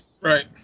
right